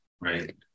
Right